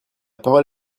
parole